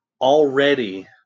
already